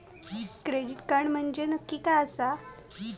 Credit card म्हंजे नक्की काय आसा?